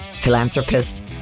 philanthropist